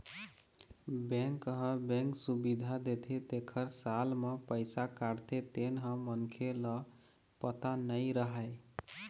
bank ह bank सुबिधा देथे तेखर साल म पइसा काटथे तेन ह मनखे ल पता नइ रहय